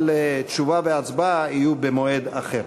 אבל תשובה והצבעה יהיו במועד אחר.